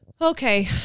okay